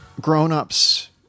grown-ups